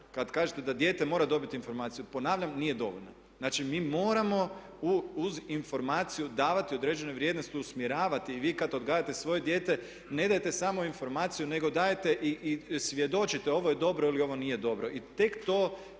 kad kažete da dijete mora dobiti informaciju, ponavljam nije dovoljna. Znači, mi moramo uz informaciju davati i određene vrijednosti, usmjeravati. Vi kad odgajate svoje dijete ne dajete samo informaciju nego dajete i svjedočite ovo je dobro ili ovo nije dobro.